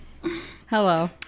Hello